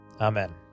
Amen